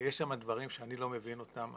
יש שם דברים שאני לא מבין אותם.